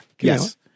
Yes